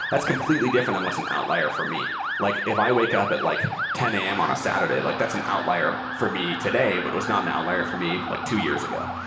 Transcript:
that's completely different than what's an outlier for me. like if i wake up at like ten am on a saturday, like that's an outlier for me today, but was not an outlier for me like two years ago.